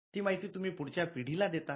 ती माहित तुम्ही पुढच्या पिढीला देतात